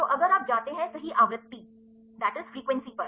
तो अगर आप जाते हैं सही आवृत्ति पर